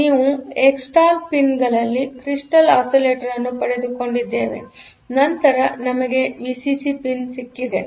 ನೀವು ಎಕ್ಸ್ಸ್ಟಲ್ ಪಿನ್ಗಳಲ್ಲಿ crystal oscillator ಅನ್ನು ಪಡೆದುಕೊಂಡಿದ್ದೇವೆನಂತರ ನಮಗೆವಿಸಿಸಿ ಪಿನ್ ಸಿಕ್ಕಿದೆ